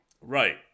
Right